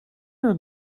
are